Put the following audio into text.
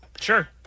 Sure